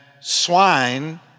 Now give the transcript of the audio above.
swine